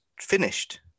finished